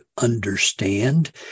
understand